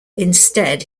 instead